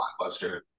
Blockbuster